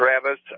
Travis